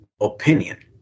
opinion